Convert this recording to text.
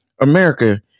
America